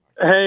hey